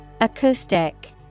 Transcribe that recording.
Acoustic